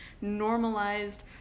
normalized